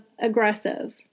aggressive